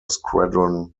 squadron